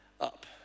up